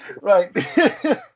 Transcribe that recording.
right